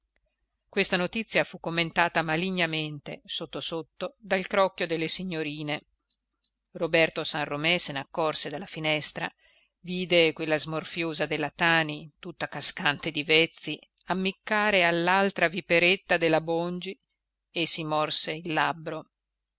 questa notizia fu commentata malignamente sotto sotto dal crocchio delle signorine roberto san romé se n'accorse dalla finestra vide quella smorfiosa della tani tutta cascante di vezzi ammiccare all'altra viperetta della bongi e si morse il labbro